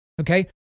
okay